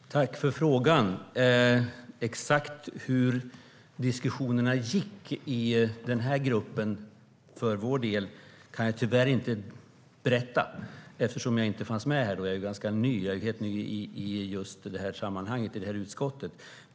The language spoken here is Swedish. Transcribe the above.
Herr talman! Jag tackar för frågan. Exakt hur diskussionerna gick i denna grupp för vår del kan jag tyvärr inte berätta eftersom jag inte var med. Jag är nämligen helt ny i detta sammanhang och i detta utskott.